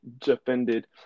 defended